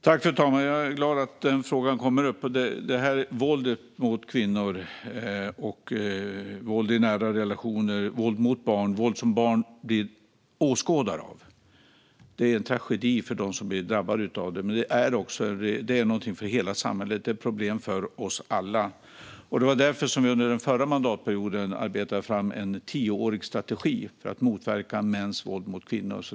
Fru talman! Jag är glad att den frågan kommer upp. Våldet mot kvinnor, våld i nära relationer, våld mot barn och våld som barn blir åskådare till är en tragedi för dem som blir drabbade av det. Det är också någonting för hela samhället. Det är ett problem för oss alla. Det var därför som jag under den förra mandatperioden arbetade fram en tioårig strategi för att motverka mäns våld mot kvinnor.